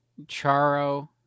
Charo